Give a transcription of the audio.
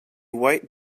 white